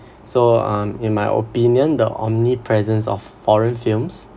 so um in my opinion the omnipresence of foreign films